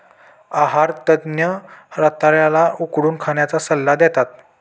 आहार तज्ञ रताळ्या ला उकडून खाण्याचा सल्ला देतात